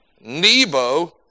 Nebo